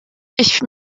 ich